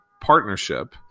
partnership